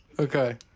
Okay